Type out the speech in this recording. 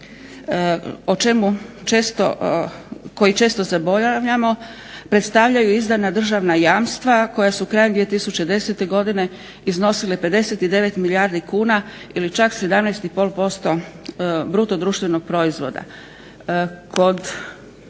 duga koji često zaboravljamo predstavljaju izdana državna jamstva koja su krajem 2010. godine iznosile 59 milijardi kuna ili čak 17,5% BDP-a. Kod